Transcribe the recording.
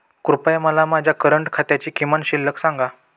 कृपया मला माझ्या करंट खात्याची किमान शिल्लक सांगा